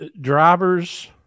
drivers